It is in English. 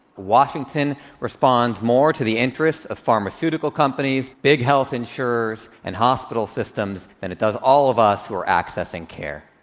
washington responds more to the interests of pharmaceutical companies, big health insurers, and hospital systems than it does all of us who are accessing care.